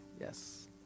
Yes